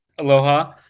Aloha